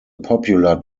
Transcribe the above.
popular